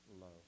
love